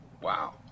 wow